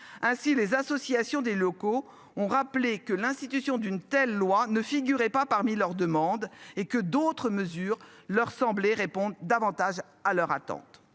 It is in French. Ainsi les associations des locaux ont rappelé que l'institution d'une telle loi ne figurait pas parmi leurs demandes et que d'autres mesures leur semblait répondre davantage à leur attente.